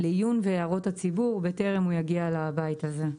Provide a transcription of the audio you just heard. לעיון והערות הציבור בטרם הוא יגיע לבית הזה.